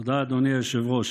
תודה, אדוני היושב-ראש.